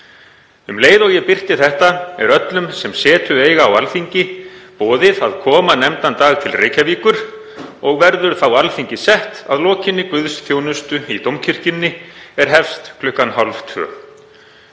Um leið og ég birti þetta, er öllum, sem setu eiga á Alþingi, boðið að koma nefndan dag til Reykjavíkur og verður þá Alþingi sett að lokinni guðsþjónustu í Dómkirkjunni er hefst klukkan 13.30.